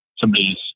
somebody's